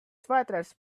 sweaters